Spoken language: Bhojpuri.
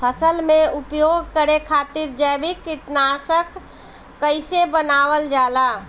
फसल में उपयोग करे खातिर जैविक कीटनाशक कइसे बनावल जाला?